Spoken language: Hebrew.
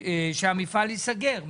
שהמפעל ייסגר.